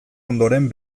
ondoren